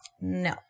No